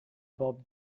bob